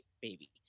baby